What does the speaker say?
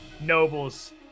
nobles